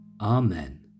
Amen